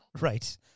Right